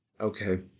Okay